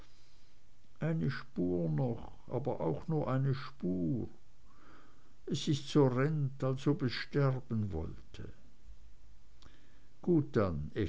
eine spur noch aber auch nur eine spur es ist sorrent als ob es sterben wollte gut dann